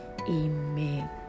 Amen